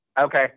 Okay